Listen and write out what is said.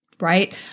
right